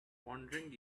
wandering